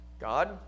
God